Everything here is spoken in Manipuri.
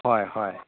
ꯍꯣꯏ ꯍꯣꯏ